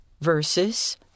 versus